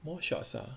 more shots ah